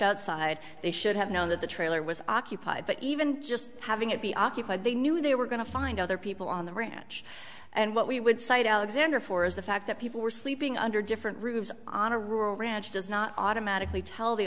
outside they should have known that the trailer was occupied but even just having it be occupied they knew they were going to find other people on the ranch and what we would cite alexander for is the fact that people were sleeping under different roofs on a rural ranch does not automatically tell the